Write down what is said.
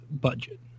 budget